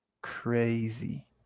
Crazy